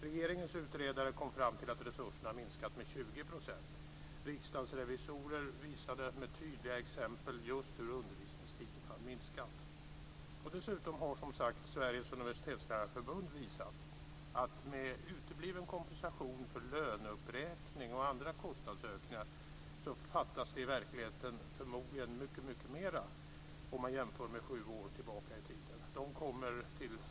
Regeringens utredare kom fram till att resurserna har minskat med 20 %. Riksdagens revisorer visade med tydliga exempel att undervisningstiden hade minskat. Dessutom har, som sagt, Sveriges universitetslärarförbund visat att med utebliven kompensation för löneuppräkning och andra kostnadsökningar fattas det i verkligheten förmodligen mycket mera, om man jämför med sju år tillbaka i tiden.